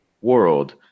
world